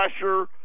pressure